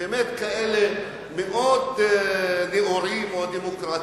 באמת כאלה מאוד נאורים או דמוקרטיים,